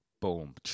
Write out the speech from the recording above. boom